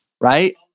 right